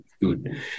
good